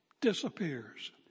disappears